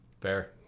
Fair